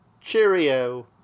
Cheerio